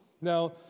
Now